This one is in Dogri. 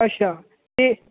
अच्छा ते